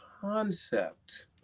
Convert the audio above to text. concept